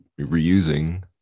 reusing